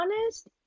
honest